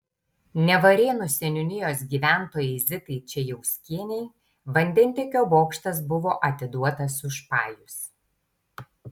nevarėnų seniūnijos gyventojai zitai čajauskienei vandentiekio bokštas buvo atiduotas už pajus